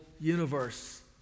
universe